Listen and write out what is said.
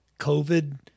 COVID